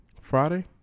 Friday